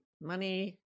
Money